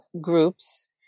groups